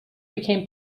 became